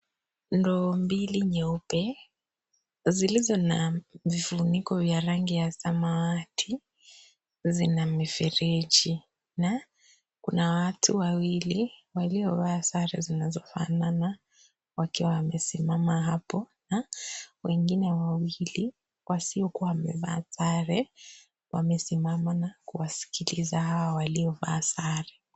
Ndoo mbili nyeupe zilizo na vifuniko vya rangi ya samawati zina mfereji na kuna watu wawili waliovaa sare zinazofanana wakiwa wamesimama hapo na wengine wawili wasiokuwa wamevaa sare wamesimama na kuwaskiliza hao waliovaa sare.